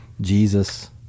Jesus